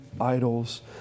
idols